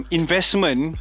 investment